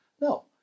No